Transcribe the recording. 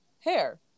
hair